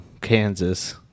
Kansas